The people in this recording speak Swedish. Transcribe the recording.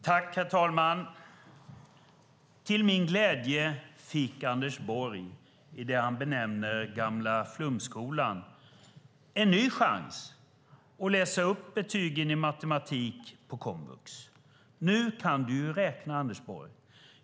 Herr talman! Till min glädje fick Anders Borg i det han benämner den gamla flumskolan en ny chans att läsa upp betygen i matematik på komvux. Nu kan du ju räkna, Anders Borg.